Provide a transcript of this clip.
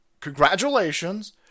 congratulations